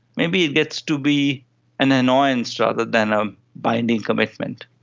maybe it gets to be an annoyance rather than a binding commitment.